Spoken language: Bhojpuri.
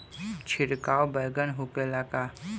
छिड़काव बैगन में होखे ला का?